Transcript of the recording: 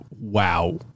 wow